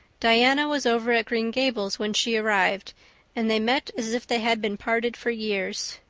diana was over at green gables when she arrived and they met as if they had been parted for years.